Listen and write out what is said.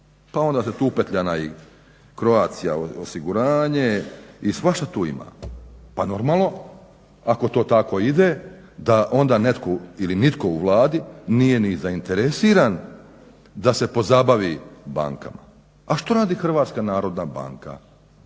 Pa onda je tu upetljana i Croatia osiguranje i svašta tu ima. Pa normalno, ako to tako ide da onda netko ili nitko u Vladi nije ni zainteresiran da se pozabavi bankama. A što radi HNB? Ništa, 100 dana